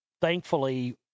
thankfully